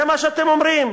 זה מה שאתם אומרים.